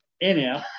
Anyhow